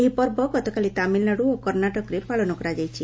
ଏହି ପର୍ବ ଗତକାଲି ତାମିଲ୍ନାଡୁ ଓ କର୍ଷାଟକରେ ପାଳନ କରାଯାଇଛି